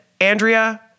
Andrea